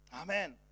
Amen